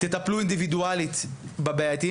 תטפלו אינדבידואלית בבעייתיים.